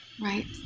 right